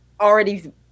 already